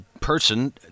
person